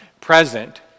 present